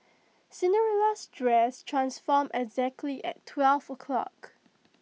Cinderella's dress transformed exactly at twelve o'clock